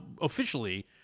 officially